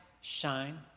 shine